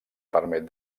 permet